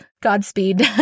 godspeed